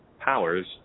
powers